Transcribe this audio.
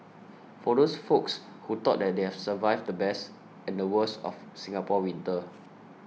for those folks who thought that they have survived the best and the worst of Singapore winter